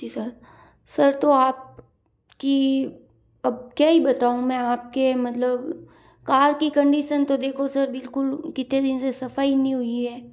जी sir sir तो आपकी अब क्या ही बताओ मैं आपके मतलब कार की कंडीशन तो देखो बिल्कुल कितने दिन से सफाई नहीं हुई है